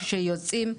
כשיוצאים?